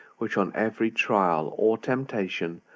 which, on every trial or temptation,